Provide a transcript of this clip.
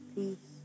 Peace